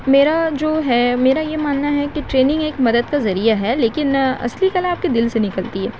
میرا جو ہے میرا یہ ماننا ہے کہ ٹریننگ ایک مدد کا ذریعہ ہے لیکن اصلی کلا آپ کے دل سے نکلتی ہے